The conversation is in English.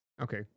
Okay